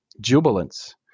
jubilance